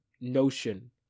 notion